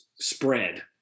spread